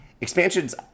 expansions